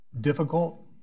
difficult